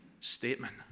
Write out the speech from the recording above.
statement